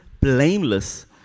blameless